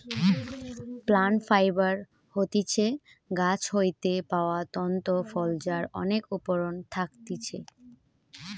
plant fibre হতিছে গাছ হইতে পাওয়া তন্তু ফল যার অনেক উপকরণ থাকতিছে